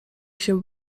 się